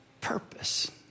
Purpose